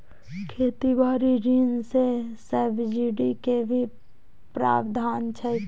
खेती बारी ऋण ले सब्सिडी के भी प्रावधान छै कि?